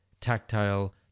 tactile